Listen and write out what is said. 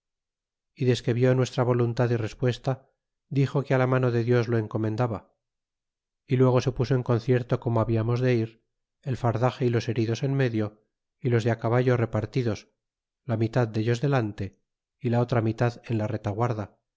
y desque lió nuestra voluntad y respuesta dixo que la mano de dios lo encomendaba y luego se puso en concierto como hablamos de ir el fardaxe y los heridos en medio y los de caballo repartidos la mitad dellos adelante y la otra mitad en la retaguarda